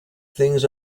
things